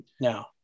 now